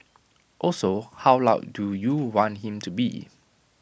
also how loud do you want him to be